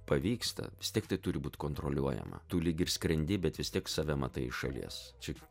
pavyksta vis tiek tai turi būt kontroliuojama tu lyg ir skrendi bet vis tiek save matai iš šalies čia